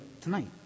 tonight